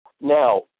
now